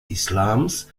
islams